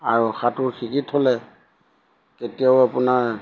আৰু সাঁতোৰ শিকি থলে কেতিয়াও আপোনাৰ